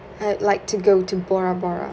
I'd like to go to bora bora